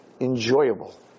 Enjoyable